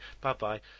Bye-bye